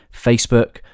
Facebook